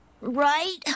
Right